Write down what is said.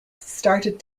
started